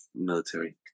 military